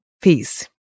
Peace